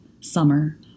summer